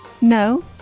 No